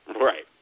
Right